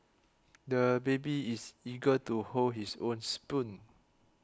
the baby is eager to hold his own spoon